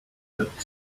looked